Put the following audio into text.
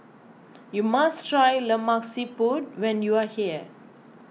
you must try Lemak Siput when you are here